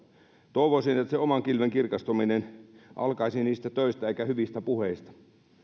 toivoisin että se oman kilven kirkastaminen alkaisi niistä töistä eikä hyvistä puheista